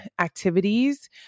activities